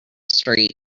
street